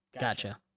Gotcha